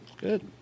Good